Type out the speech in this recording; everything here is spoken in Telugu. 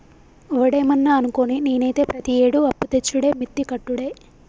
ఒవడేమన్నా అనుకోని, నేనైతే ప్రతియేడూ అప్పుతెచ్చుడే మిత్తి కట్టుడే